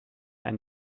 and